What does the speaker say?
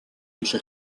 dicho